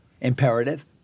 imperative